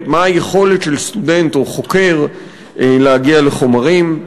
מה היכולת של סטודנט או חוקר להגיע לחומרים.